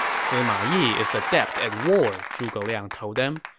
sima yi is adept at war, zhuge liang told them.